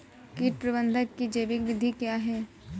कीट प्रबंधक की जैविक विधि क्या है?